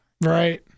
right